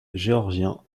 géorgien